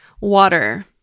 water